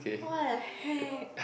what the heck